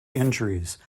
injuries